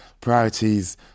priorities